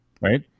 Right